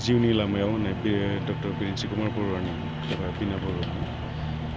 जिउनि लामायाव होन्नाय बे डक्टर बिरेन्सि कुमार बर'नि एबा बिना बर'नि